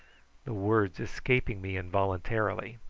the words escaping me involuntarily.